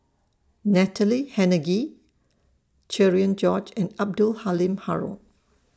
Natalie Hennedige Cherian George and Abdul Halim Haron